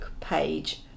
page